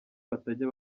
batajya